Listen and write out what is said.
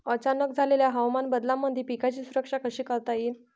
अचानक झालेल्या हवामान बदलामंदी पिकाची सुरक्षा कशी करता येईन?